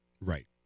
Right